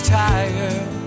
tired